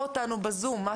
בבקשה.